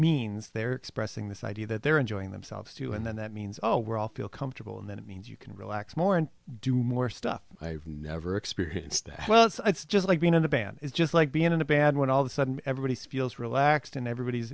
means they're expressing this idea that they're enjoying themselves too and then that means oh we're all feel comfortable and then it means you can relax more and do more stuff i've never experienced that well it's just like being in a band is just like being in a band when all the sudden everybody feels relaxed and everybody's